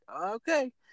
okay